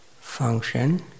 function